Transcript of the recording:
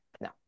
no